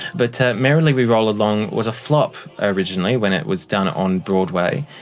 but merrily we roll along was a flop originally when it was done on broadway,